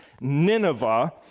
Nineveh